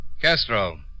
Castro